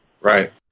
Right